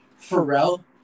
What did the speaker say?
Pharrell